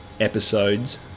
episodes